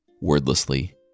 Wordlessly